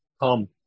come